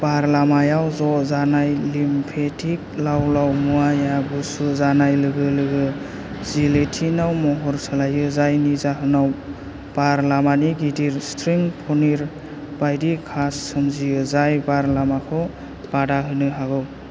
बार लामायाव ज' जानाय लिम्फेटिक लावलाव मुवाया गुसु जानाय लोगो लोगो जिलेटिनाव महर सोलायो जायनि जाहोनाव बार लामानि गिदिर स्ट्रिं पनिर बायदि कास्ट सोमजियो जाय बार लामाखौ बादा होनो हागौ